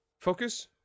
Focus